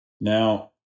Now